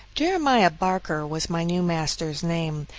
jeremiah barker was my new master's name,